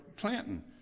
Clinton